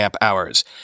hours